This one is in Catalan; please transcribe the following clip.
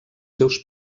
seus